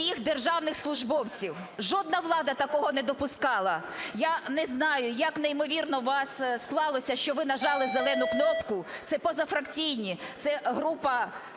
Дякую.